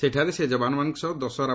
ସେଠାରେ ସେ ଯବାନମାନଙ୍କ ସହ ଦଶହର